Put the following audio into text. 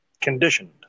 conditioned